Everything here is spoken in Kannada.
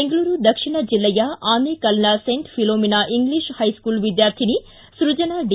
ಬೆಂಗಳೂರು ದಕ್ಷಿಣ ಜಿಲ್ಲೆಯ ಆನೇಕಲ್ನ ಸೆಂಟ್ ಫಿಲೋಮಿನಾ ಇಂಗ್ಲೀಷ್ ಹೈಸ್ಕೂಲ್ ವಿದ್ವಾರ್ಥಿನಿ ಸೃಜನಾ ಡಿ